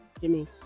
Jimmy